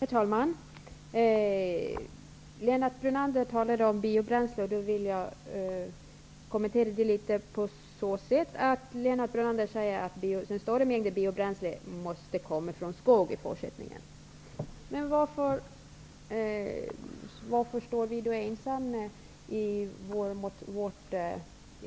Herr talman! Lennart Brunander talade om biobränslen. Jag vill kommentera det något. Han sade att den stadiga mängden biobränsle i fortsättningen måste komma från skogen. Men varför står vi då ensamma i fråga om